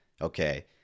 Okay